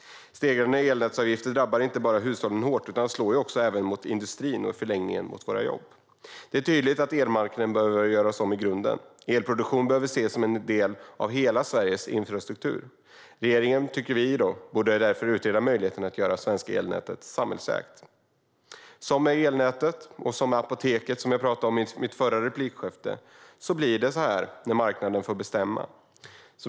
Stegrande elnätsavgifter drabbar inte bara hushållen hårt utan slår även mot industrin och i förlängningen mot våra jobb. Det är tydligt att elmarknaden behöver göras om i grunden. Elproduktion behöver ses som en del av hela Sveriges infrastruktur. Vi tycker därför att regeringen borde utreda möjligheten att göra det svenska elnätet samhällsägt. Precis som med apoteken, som jag talade om i mitt förra replikskifte, blir det så här när marknaden får bestämma.